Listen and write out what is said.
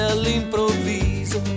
all'improvviso